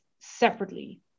separately